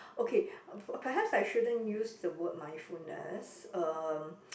okay per~ perhaps I shouldn't use the word mindfulness um